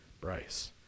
Bryce